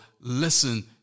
listen